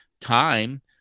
time